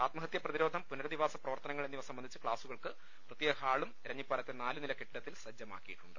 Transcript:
ആത്മഹത്യാപ്രതിരോധം പുനരധിവാസ പ്രവർത്തനങ്ങൾ എന്നിവ സംബന്ധിച്ച ക്ലാസുകൾക്ക് പ്രത്യേക ഹാളും എരഞ്ഞി പ്പാലത്തെ നാലുനില കെട്ടിടത്തിൽ സജ്ജമാക്കിയിട്ടുണ്ട്